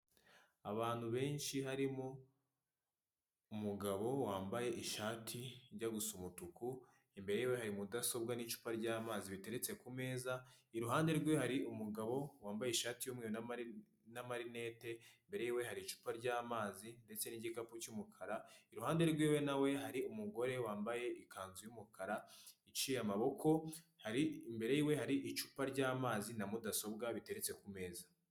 Abantu benshi harimo umugabo wambaye ishati ijya gusa umutuku imbere ye hari mudasobwa n'icupa ry'amazi biteretse ku meza, iruhande rwe hari umugabo wambaye ishati y'umweru n'amarinete, mbere yewe hari icupa ry'amazi ndetse n'igikapu cy'umukara, iruhande rw'iwe nawe hari umugore wambaye ikanzu y'umukara iciye amaboko, imbere yiwe hari icupa ry'amazi na mudasobwa biteretse ku meza.